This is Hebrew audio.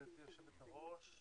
גברתי יושבת הראש,